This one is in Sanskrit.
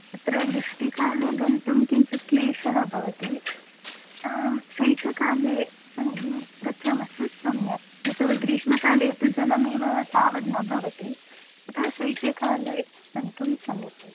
अत्र वृष्टिकाले गन्तुं किञ्चित् क्लेशः भवति शैत्यकाले गच्छामश्चेत् सम्यक् यतोहि ग्रीष्मकाले तु जलमेव तावद् न भवति अतः शैत्यकाले गन्तुं सम्यक् भवति